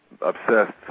obsessed